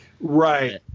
Right